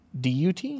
DUT